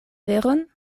veron